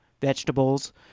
vegetables